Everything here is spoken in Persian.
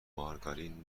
مارگارین